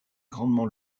grandement